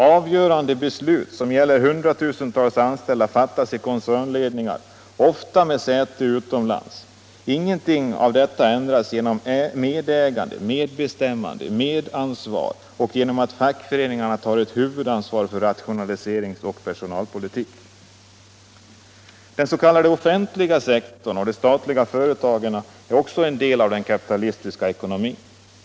Avgörande beslut, som gäller hundratusentals anställda, fattas i koncernledningar, ofta med säte utomlands. Ingenting av detta ändras genom medägande, medbestämmande, medansvar och genom att fackföreningarna tar ett huvudansvar för rationaliseringsoch personalpolitik. Den s.k. offentliga sektorn och de statliga företagen är också en del av den kapitalistiska ekonomin.